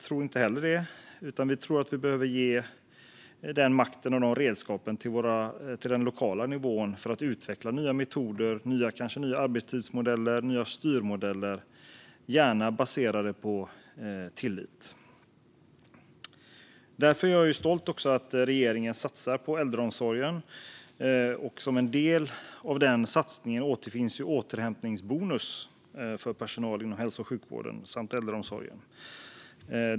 Vi tror på att ge den lokala nivån makten och redskapen för att utveckla nya metoder, kanske nya arbetstidsmodeller och nya styrmodeller. De ska gärna vara baserade på tillit. Därför är jag stolt över att regeringen satsar på äldreomsorgen. Som en del av satsningen återfinns en återhämtningsbonus för personal inom hälso och sjukvården samt äldreomsorgen.